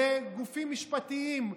לגופים משפטיים,